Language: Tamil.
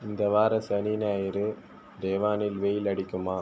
இந்த வார சனி ஞாயிறு டெவானில் வெயில் அடிக்குமா